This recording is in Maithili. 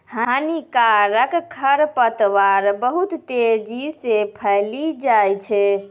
हानिकारक खरपतवार बहुत तेजी से फैली जाय छै